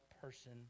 person